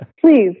Please